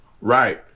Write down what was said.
Right